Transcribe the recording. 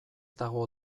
dago